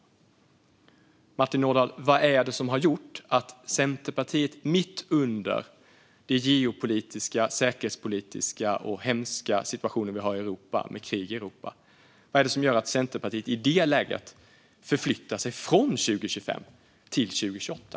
Vad, Martin Ådahl, är det som har gjort att Centerpartiet i detta läge, mitt under denna geopolitiska, säkerhetspolitiska och hemska situation och det krig som vi har i Europa, förflyttar sig från 2025 till 2028?